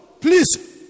please